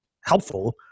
helpful